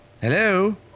Hello